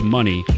Money